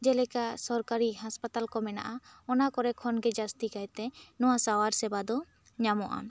ᱡᱮ ᱞᱮᱠᱟ ᱥᱚᱨᱠᱟᱨᱤ ᱦᱟᱥᱯᱟᱛᱟᱞ ᱠᱚ ᱢᱮᱱᱟᱜ ᱟ ᱚᱱᱟ ᱠᱚᱨᱮ ᱠᱷᱚᱱ ᱜᱮ ᱡᱟᱹᱥᱛᱤ ᱠᱟᱭ ᱛᱮ ᱱᱚᱣᱟ ᱥᱟᱶᱟᱨ ᱥᱮᱵᱟ ᱫᱚ ᱧᱟᱢᱚᱜ ᱟ